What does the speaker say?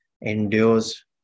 endures